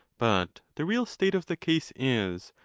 but the real state of the case is,